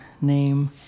name